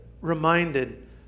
reminded